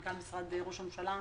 מנכ"ל משרד ראש הממשלה,